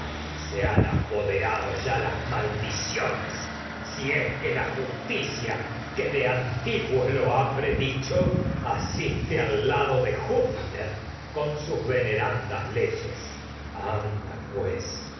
se han apoderado ya si es que la justi ha cia de antiguo lo predicho asiste al lado de júpiter con sus venerandas leyes anda pues